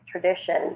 tradition